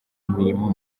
imirimo